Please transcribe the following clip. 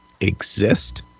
exist